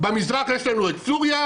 במזרח יש לנו את סוריה,